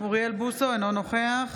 אינו נוכח